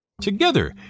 Together